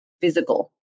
physical